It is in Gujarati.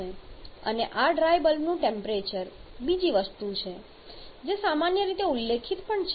અને આ ડ્રાય બલ્બનું ટેમ્પરેચર બીજી વસ્તુ છે જે સામાન્ય રીતે ઉલ્લેખિત પણ છે